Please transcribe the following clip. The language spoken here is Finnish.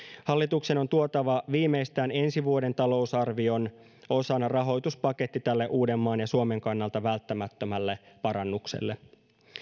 hallituksen on tuotava viimeistään ensi vuoden talousarvion osana rahoituspaketti tälle uudenmaan ja suomen kannalta välttämättömälle parannukselle